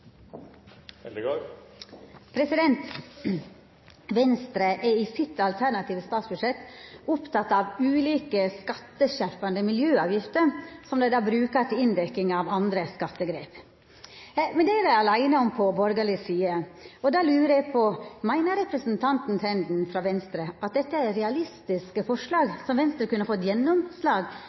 vært. Venstre er i sitt alternative statsbudsjett oppteke av ulike skatteskjerpande miljøavgifter, som dei bruker til inndekning av andre skattegrep. Det er dei aleine om på borgarleg side. Då lurar eg på: Meiner representanten Tenden frå Venstre at dette er realistiske forslag, som Venstre kunne fått gjennomslag